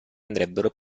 andrebbero